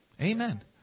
Amen